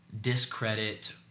discredit